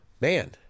man